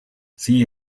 see